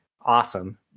awesome